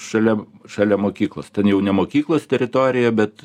šalia šalia mokyklos ten jau ne mokyklos teritorijoj bet